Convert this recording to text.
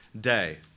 day